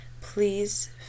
please